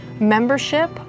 membership